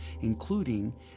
including